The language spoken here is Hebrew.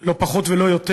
לא פחות ולא יותר